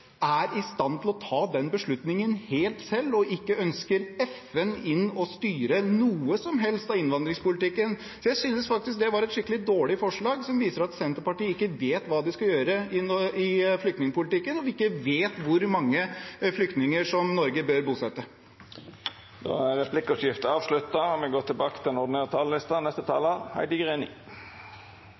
var i stand til å ta den beslutningen helt selv og ikke ønsker FN inn for å styre noe som helst av innvandringspolitikken. Jeg synes faktisk det var et skikkelig dårlig forslag, som viser at Senterpartiet ikke vet hva de skal gjøre i flyktningpolitikken, når vi ikke vet hvor mange flyktninger Norge bør bosette. Replikkordskiftet er avslutta. Det er viktig at Norge har en klar praksis i asylsaker. Det vil bidra til å redusere antall asylsøkere uten beskyttelsesbehov og